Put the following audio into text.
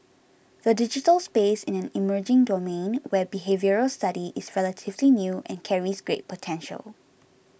the digital space is an emerging domain where behavioural study is relatively new and carries great potential